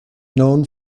known